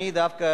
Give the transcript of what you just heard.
אני דווקא,